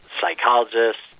psychologists